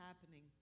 happening